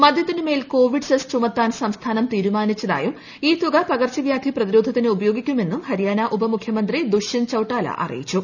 മദ്യത്തിനു മേൽ Covid cess ചുമത്താൻ സംസ്ഥാനം തീരുമാനിച്ചതായും ഈ തുക പകർച്ചവ്യാധി പ്രതിരോധത്തിന് ഉപയോഗിക്കുമെന്നും ഹരിയാന ഉപമുഖ്യമന്ത്രി ദുഷ്യന്ത് ചൌട്ടാല അറിയിച്ചു